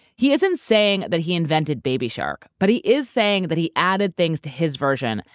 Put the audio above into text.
he isn't saying that he invented baby shark, but he is saying that he added things to his version,